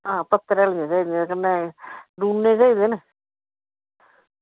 आं पत्तरै दे कन्नै डूनै होङन